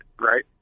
right